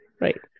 right